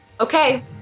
Okay